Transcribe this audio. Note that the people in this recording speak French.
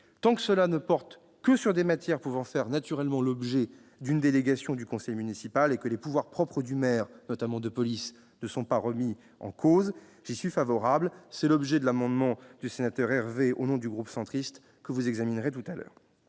Tant que cela ne porte que sur des matières pouvant faire l'objet d'une délégation du conseil municipal et que les pouvoirs propres du maire, notamment de police, ne sont pas remis en cause, j'y suis favorable. C'est l'objet de l'amendement déposé par le sénateur Hervé au nom du groupe Union Centriste que vous examinerez tout à l'heure.